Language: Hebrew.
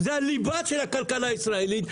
זה הליבה של הכלכלה הישראלית.